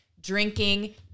drinking